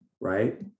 right